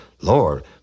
Lord